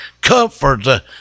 comfort